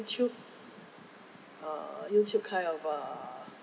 YouTube uh YouTube kind of err